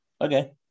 Okay